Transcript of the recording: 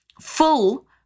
full